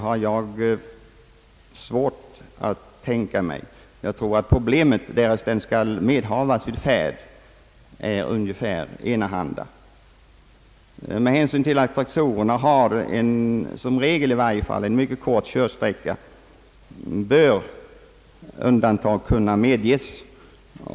Problemet blir nog ungefär detsamma som när det Med hänsyn till att traktorerna i varje fall som regel har en mycket kort körsträcka bör undantag kunna medges.